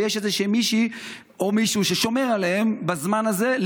ויש מישהי או מישהו ששומרים עליהם בזמן הזה,